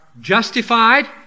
justified